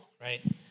right